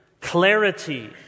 Clarity